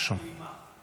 אין הלימה,